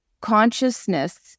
consciousness